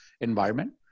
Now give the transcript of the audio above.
environment